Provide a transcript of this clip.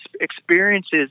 experiences